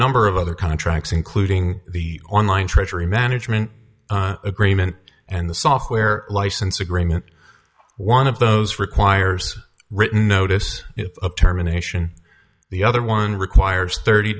number of other contracts including the online treasury management agreement and the software license agreement one of those requires written notice it terminations the other one requires thirty